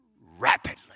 rapidly